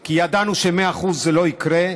כי ידענו ש-100% זה לא יקרה.